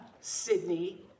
Sydney